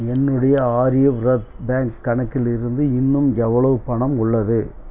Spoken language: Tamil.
என்னுடைய ஆரியவ்ரத் பேங்க் கணக்கிலிருந்து இன்னும் எவ்வளவு பணம் உள்ளது